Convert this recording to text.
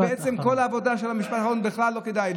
ובעצם כל העבודה שלה למעון, וזה בכלל לא כדאי.